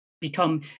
become